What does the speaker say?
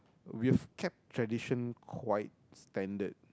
we've kept tradition quite standard